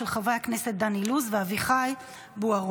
של חברי הכנסת דן אילוז ואביחי בוארון.